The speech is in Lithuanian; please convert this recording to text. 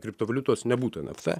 kriptovaliutos nebūtų nft